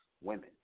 women